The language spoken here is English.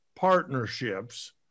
Partnerships